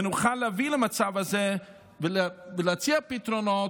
ונוכל להביא למצב הזה ולהציע פתרונות,